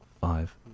five